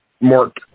mark